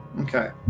Okay